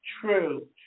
True